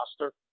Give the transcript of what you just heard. roster